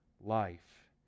life